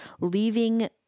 leaving